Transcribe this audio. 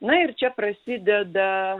na ir čia prasideda